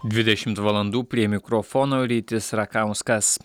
dvidešimt valandų prie mikrofono rytis rakauskas